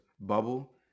bubble